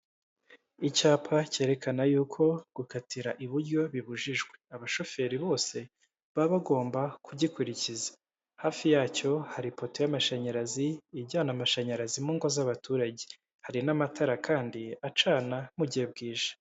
Icyapa cyerekana yuko gukatira iburyo bibujijwe. Abashoferi bose baba bagomba kugikurikiza. Hafi yacyo hari ipoto y'amashanyarazi, ijyana amashanyarazi mu ngo z'abaturage. Hari n'amatara kandi acana mu gihe bwije.